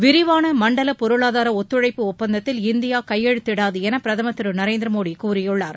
விரிவான மண்டல பொருளாதார ஒத்துழைப்பு ஒப்பந்தத்தில் இந்தியா கையெழுத்திடாது என பிரதமர் திரு நரேந்திர மோடி கூறியுள்ளார்